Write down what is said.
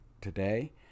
today